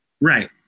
Right